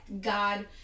God